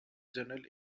general